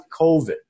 COVID